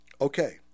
Okay